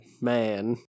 Man